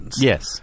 Yes